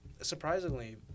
surprisingly